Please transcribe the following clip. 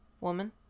woman